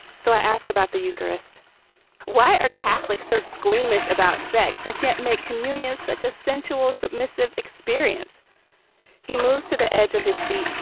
so i ask about the eucharist why are catholics so squeamish about sex? and yet make communion's such a sensual, submissive experience he moves to the edge of his seat,